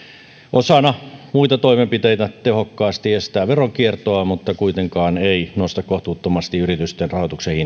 osana muita toimenpiteitä tehokkaasti estää veronkiertoa mutta kuitenkaan ei nosta kohtuuttomasti yritysten rahoituksen